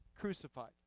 crucified